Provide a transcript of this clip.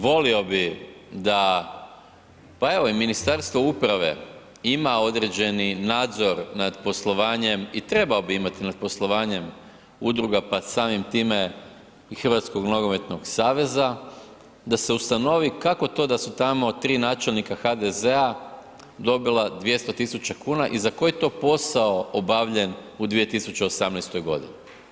Volio bi da pa evo i Ministarstvo uprave ima određeni nadzor nad poslovanjem i trebao bi imati nad poslovanjem udruga pa samim time i HNS-a da se ustanovi kako to da su tamo tri načelnika HDZ-a dobila 200 000 kuna i za koji to posao obavljen u 2018. godini.